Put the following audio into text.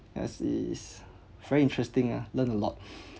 yes is very interesting ah learn a lot